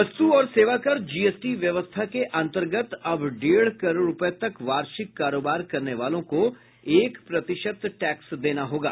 वस्तु और सेवा कर जीएसटी व्यवस्था के अन्तर्गत अब डेढ़ करोड़ रूपये तक वार्षिक कारोबार करने वालों को एक प्रतिशत टैक्स देना होगा